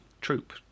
Troop